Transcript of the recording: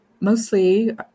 mostly